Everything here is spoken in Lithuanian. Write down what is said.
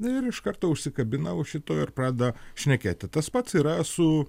ir iš karto užsikabina už šito ir pradeda šnekėti tas pats yra su